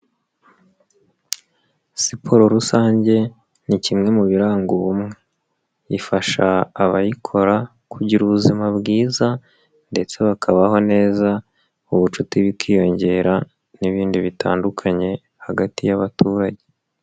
Siporo rusange ni kimwe mu biranga ubumwe, ifasha abayikora kugira ubuzima bwiza ndetse bakabaho neza, ubucuti bukiyongera n'ibindi bitandukanye hagati y'abaturage.